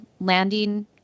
landing